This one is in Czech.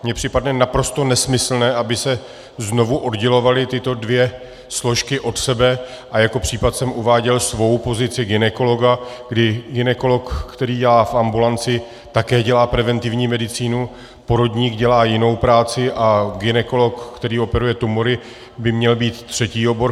Mně připadne naprosto nesmyslné, aby se znovu oddělovaly tyto dvě složky od sebe, a jako příklad jsem uváděl svou pozici gynekologa, kdy gynekolog, který dělá v ambulanci, také dělá preventivní medicínu, porodník dělá jinou práci, a gynekolog, který operuje tumory, by měl být třetí obor.